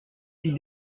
fit